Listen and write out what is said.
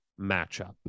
matchup